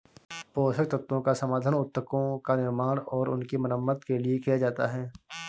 पोषक तत्वों का समाधान उत्तकों का निर्माण और उनकी मरम्मत के लिए किया जाता है